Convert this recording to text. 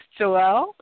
Joelle